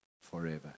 forever